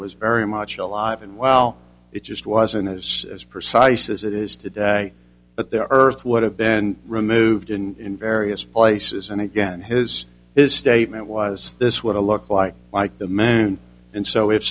was very much alive and well it just wasn't as precise as it is today but the earth would have been removed in various places and again his his statement was this what a look like like the man and so if